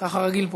ככה רגיל פה.